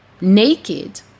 naked